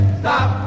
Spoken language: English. stop